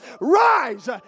rise